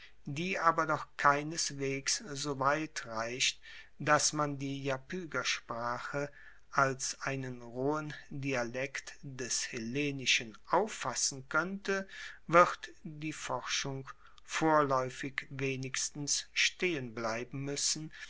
die aber doch keineswegs so weit reicht dass man die iapygersprache als einen rohen dialekt des hellenischen auffassen koennte wird die forschung vorlaeufig wenigstens stehen bleiben muessen